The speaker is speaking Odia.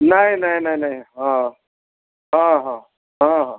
ନାଇଁ ନାଇଁ ନାଇଁ ନାଇଁ ହଁ ହଁ ହଁ ହଁ ହଁ